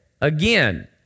Again